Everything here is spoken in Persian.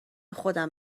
خودم